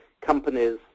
companies